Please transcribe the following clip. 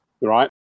right